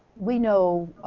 we know,